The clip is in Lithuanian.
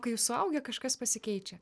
kai suaugę kažkas pasikeičia